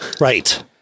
right